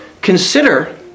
Consider